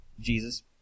Jesus